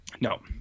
no